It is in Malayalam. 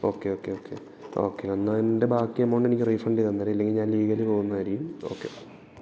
ഓക്കെ ഓക്കെ ഓക്കെ ഓക്കെ എന്നാൽ എൻ്റെ ബാക്കി എമൗണ്ട് എനിക്ക് റീഫണ്ട് തന്നേരെ അല്ലെങ്കിൽ ഞാൻ ലീഗലി പോകുന്നതായിരിക്കും ഓക്കെ